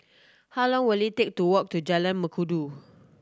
how long will it take to walk to Jalan Mengkudu